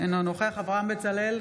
אינו נוכח אברהם בצלאל,